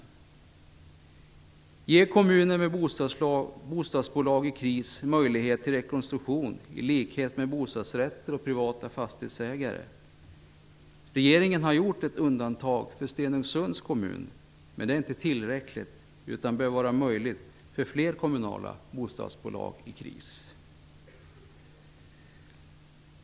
Ge kommuner med bostadsbolag i kris möjlighet till rekonstruktion, i likhet med bostadsrättsföreningar och privata fastighetsägare! Regeringen har gjort ett undantag för Stenungsunds kommun, men det är inte tillräckligt. Detta bör vara möjligt för fler kommunala bostadsbolag i kris.